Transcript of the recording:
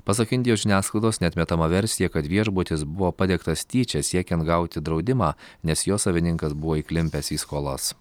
pasak indijos žiniasklaidos neatmetama versija kad viešbutis buvo padegtas tyčia siekiant gauti draudimą nes jo savininkas buvo įklimpęs į skolas